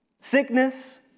sickness